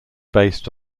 based